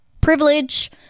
privilege